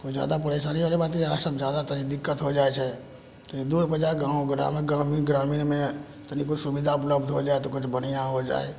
जादा परेशानीवला बाते हइ इएहसब जादा तनि दिक्कत हो जाइ छै कि दूरपर जाइ गाम ग्रामीण ग्रामीण ग्रामीणमे तनिको सुविधा उपलब्ध हो जाए तऽ किछु बढ़िआँ हो जाए